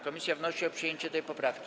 Komisja wnosi o przyjęcie tej poprawki.